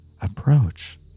approach